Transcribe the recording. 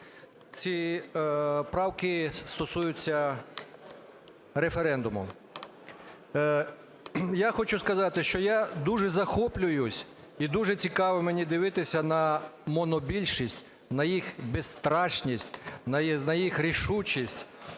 Ці правки стосуються референдуму. Я хочу сказати, що я дуже захоплююсь і дуже цікаво мені дивитися на монобільшість, на їх безстрашність, на їх рішучість.